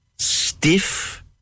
Stiff